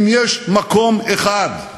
מה זה חג החנוכה?